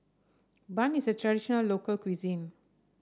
bun is a traditional local cuisine